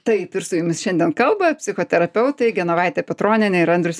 taip ir su jumis šiandien kalba psichoterapeutė genovaitė petronienė ir andrius